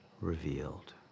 revealed